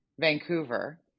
Vancouver